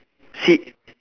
see